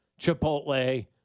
Chipotle